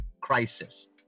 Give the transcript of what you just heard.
crisis